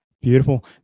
Beautiful